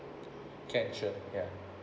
can sure ya